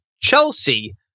Chelsea